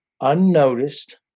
unnoticed